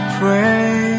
pray